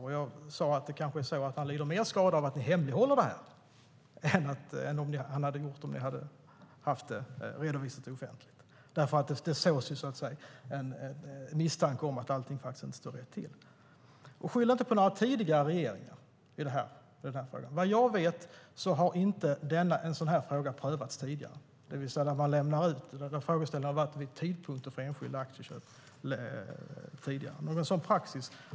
Det är kanske så att Tobias Billström lider mer skada av att regeringen hemlighåller informationen än om den hade redovisats offentligt. Det sås en misstanke om att allt faktiskt inte står rätt till. Skyll inte på några tidigare regeringar. Vad jag vet har inte en sådan fråga prövats tidigare, det vill säga att lämna ut information om tidpunkt för enskilda aktieköp.